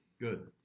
Good